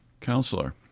counselor